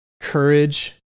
courage